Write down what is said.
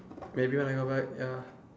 maybe when I go back ya